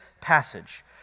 passage